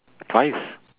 twice